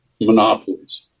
monopolies